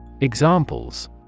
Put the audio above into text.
Examples